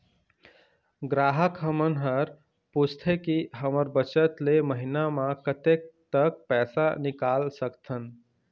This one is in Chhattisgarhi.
ग्राहक हमन हर पूछथें की हमर बचत ले महीना मा कतेक तक पैसा निकाल सकथन?